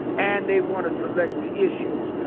and they wanna select the issues.